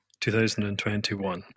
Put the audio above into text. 2021